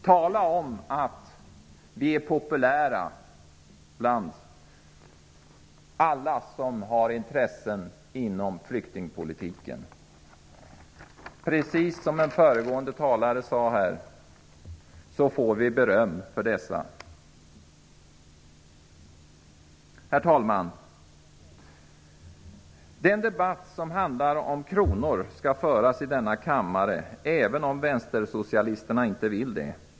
Tala om att vi är populära bland alla som har intressen inom flyktingpolitiken! Som en föregående talare sade får vi beröm av dem. Herr talman! En debatt om kostnaderna i kronor skall föras här i kammaren även om vänstersocialisterna inte vill det.